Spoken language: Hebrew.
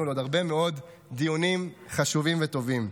לעוד הרבה מאוד דיונים חשובים וטובים.